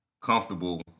comfortable